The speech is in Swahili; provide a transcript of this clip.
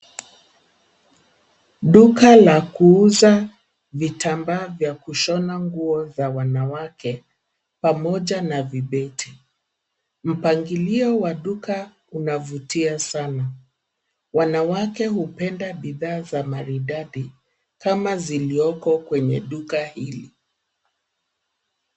Duka la kuuza vitambaa vya kushona nguo za wanawake, pamoja na vibeti. Mpangilio wa duka unavutia sana. Wanawake hupenda bidhaa za maridadi, kama zilioko kwenye duka hili.